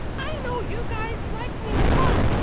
i know you guys like me a lot!